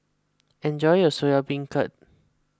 enjoy your Soya Beancurd